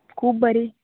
खूब बरी